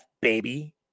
baby